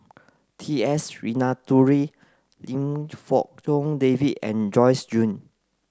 T S Sinnathuray Lim David and Joyce Jue